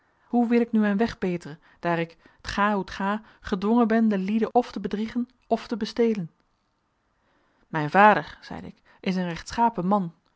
hoe wil ik nu mijn weg beteren daar ik t ga hoe t ga gedwongen ben de lieden of te bedriegen of te bestelen mijn vader zeide ik is een rechtschapen man